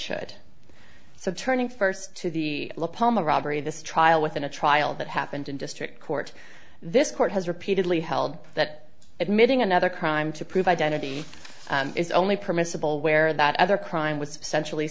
should so turning first to the palm a robbery this trial within a trial that happened in district court this court has repeatedly held that admitting another crime to prove identity is only permissible where that other crime was essentially